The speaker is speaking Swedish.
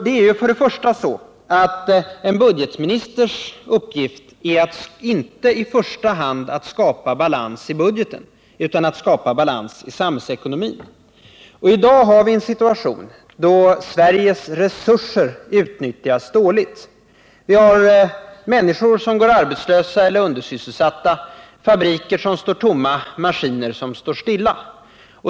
Det är för det första så att en budgetministers uppgift inte i första hand är att skapa balans i budgeten utan att skapa balans i samhällsekonomin. I dag har vien situation då Sveriges resurser utnyttjas dåligt. Vi har människor som går arbetslösa eller undersysselsatta, fabriker som står tomma, maskiner som står stilla.